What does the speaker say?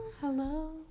hello